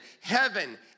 heaven